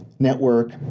network